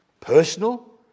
Personal